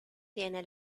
tiene